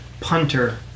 punter